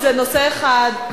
זה נושא אחד,